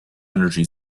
energy